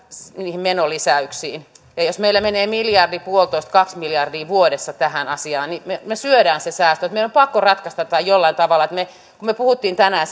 niihin menolisäyksiin ja jos meillä menee miljardi puolitoista kaksi miljardia vuodessa tähän asiaan niin me me syömme sen säästön meidän on pakko ratkaista tämä jollain tavalla kun me puhuimme tänään